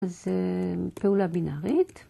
אז, אה... פעולה בינארית.